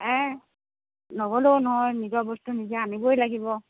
ন'গলেও নহয় নিজৰ বস্তু নিজে আনিবই লাগিব